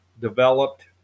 developed